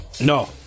No